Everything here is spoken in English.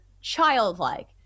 childlike